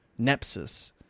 nepsis